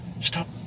stop